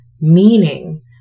meaning